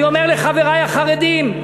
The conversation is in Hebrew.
אני אומר לחברי החרדים,